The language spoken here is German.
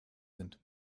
sind